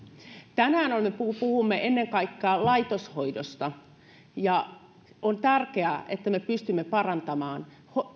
tänään me puhumme ennen kaikkea laitoshoidosta ja on tärkeää että me pystymme parantamaan